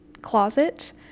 closet